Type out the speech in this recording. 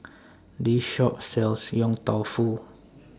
This Shop sells Yong Tau Foo